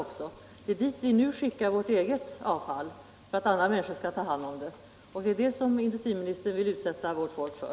Det är till Windscale vi nu skickar vårt eget avfall för att andra människor skall ta hand om det. Det är det som industriministern nu vill utsätta vårt folk för.